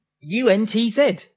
U-N-T-Z